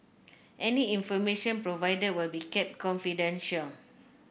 any information provided will be kept confidential